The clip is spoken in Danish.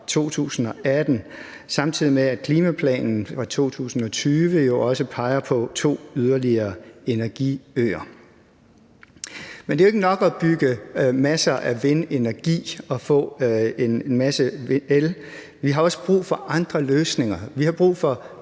samtidig med at klimaplanen fra 2020 jo også peger på yderligere to energiøer. Men det er jo ikke nok at bygge masser af vindmøller og få en masse el. Vi har også brug for andre løsninger.